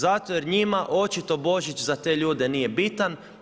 Zato jer njima očito Božić za te ljude nije bitan.